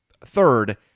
third